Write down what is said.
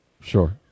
Sure